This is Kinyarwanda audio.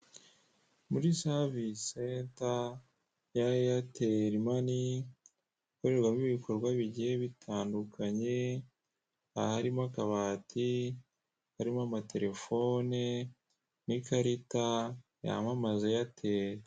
Muri savisenta ya eyeteri mani ikorerwamo ibikorwa bigiye bitandukanye aharimo akabati, harimo amatelefone n'ikarita y'amamaza eyateri.